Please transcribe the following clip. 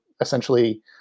essentially